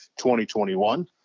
2021